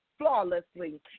flawlessly